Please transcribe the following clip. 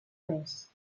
més